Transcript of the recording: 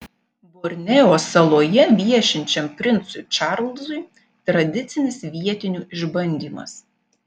borneo saloje viešinčiam princui čarlzui tradicinis vietinių išbandymas